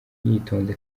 yitonze